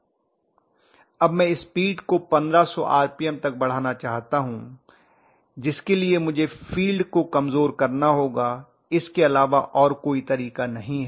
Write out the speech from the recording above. अब मैं स्पीड को 1500 आरपीएम तक बढ़ाना चाहता हूं जिसके लिए मुझे फील्ड को कमजोर करना होगा इसके अलावा कोई और तरीका नहीं है